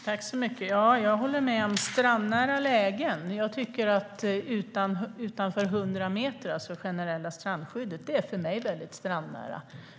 Herr talman! Jag håller med om att lägen utanför 100 meter, alltså det generella strandskyddet, är strandnära.